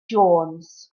jones